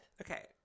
Okay